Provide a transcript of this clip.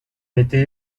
été